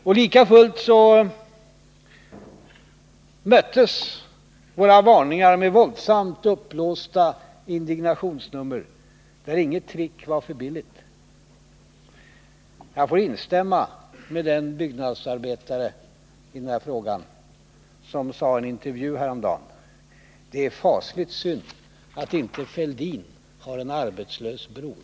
Och lika fullt har våra varningar mötts med våldsamt uppblåsta indignationsnummer, där inget trick varit för billigt. I den här frågan vill jag instämma med den byggnadsarbetare som i en intervju häromdagen sade: Det är fasligt synd att inte Fälldin har en arbetslös bror!